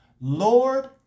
Lord